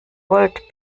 volt